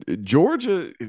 Georgia